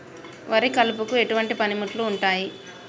వరి కలుపుకు ఎటువంటి పనిముట్లు ఉంటాయి?